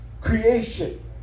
creation